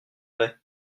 vrai